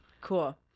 cool